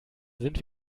sind